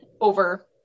over